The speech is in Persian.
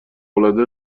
العاده